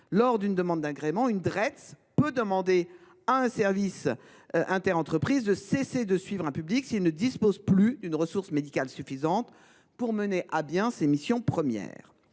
Lors d’une demande d’agrément, une Dreets peut demander à un SPSTI de cesser de suivre un public s’il ne dispose plus de la ressource médicale suffisante pour mener à bien ses missions prévues